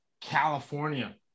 California